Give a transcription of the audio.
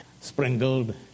sprinkled